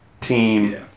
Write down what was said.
team